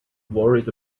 worried